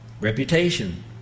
reputation